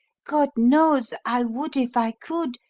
god knows, i would if i could,